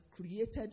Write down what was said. created